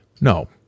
No